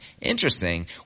Interesting